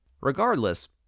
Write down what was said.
Regardless